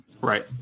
Right